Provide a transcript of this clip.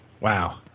Wow